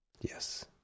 Yes